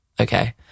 okay